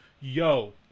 yo